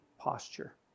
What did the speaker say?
posture